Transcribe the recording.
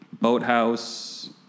Boathouse